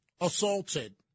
assaulted